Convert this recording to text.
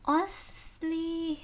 honestly